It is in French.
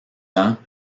ans